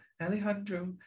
Alejandro